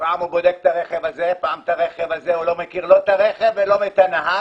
הוא לא מכיר לא את הרכב ולא את הנהג.